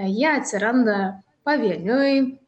jie atsiranda pavieniui